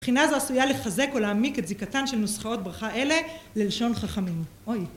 מבחינה זו עשויה לחזק או להעמיק את זיקתן של נוסחאות ברכה אלה ללשון חכמים.